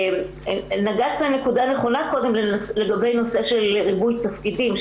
נגעת בנקודה נכונה קודם לגבי נושא של ריבוי תפקידים,